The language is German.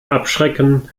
abschrecken